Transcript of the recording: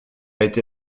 été